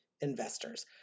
investors